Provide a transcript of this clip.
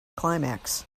climax